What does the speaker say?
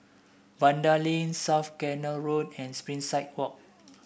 Vanda Link South Canal Road and Springside Walk